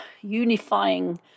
unifying